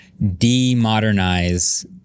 demodernize